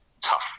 tough